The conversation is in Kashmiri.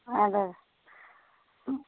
اَدٕ حظ